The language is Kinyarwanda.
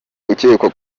ukekwa